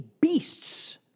beasts